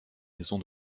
maison